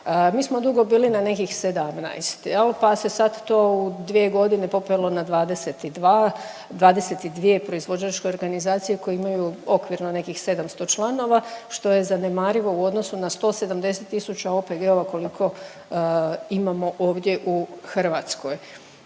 Mi smo dugo bili na nekih 17 jel, pa se sad to u dvije godine popelo na 22. 22. proizvođačke organizacije koje imaju okvirno nekih 700 članova što je zanemarivo u odnosu na 170 tisuća OPG-ova koliko imamo ovdje u Hrvatskoj.